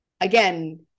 Again